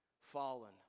Fallen